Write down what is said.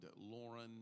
Lauren